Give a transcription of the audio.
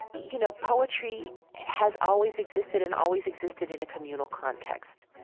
you know, poetry has always existed, and always existed in a communal context.